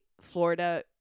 Florida